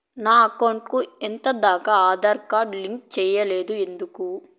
నా అకౌంట్ కు ఎంత దాకా ఆధార్ కార్డు లింకు సేయలేదు ఎందుకు